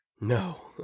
No